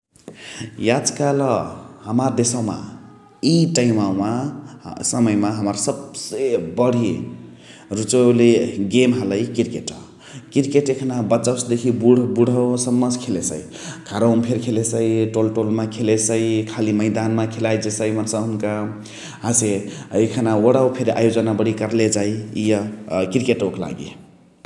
याज काल हमार देशवमा इ टैमावमा समय मा हमार सबसे बण्ही रुचोले गेम हलाई क्रीकेट । क्रीकेट एखाने बचवसे देखी बुण्ह बुण्हावा सम्म से खेलेसही । घरवम फेरी खेलेसही टोल टोल मा खेलेसै । खाली मैदान मा खेलाए जेसै मन्सावा हुनुका । हसे एखान वणवा फेरी आयोजना बणिय कर्ले जाइ इअ क्रीकेटवक लागी ।